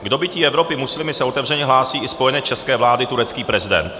K dobytí Evropy muslimy se otevřeně hlásí i spojenec české vlády turecký prezident.